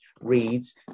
reads